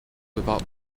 without